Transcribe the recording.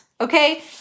Okay